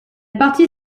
partie